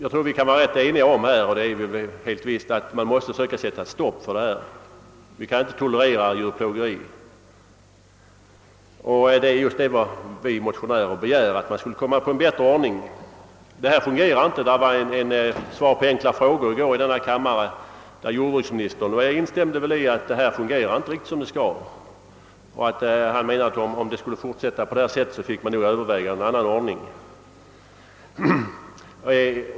Vi är helt visst eniga om att vi måste försöka sätta stopp för detta. Vi kan inte tolerera djurplågeri. Vad motionärerna begär är just att vi skall få till stånd en bättre ordning. De nuvarande bestämmelserna är inte = tillräckliga. I ett svar på enkla frågor i går instämde jordbruksministern i att bestämmelserna inte fungerar som de borde göra. Han menade att man skulle få överväga en annan ordning om utvecklingen i fortsättningen går på samma sätt som hittills.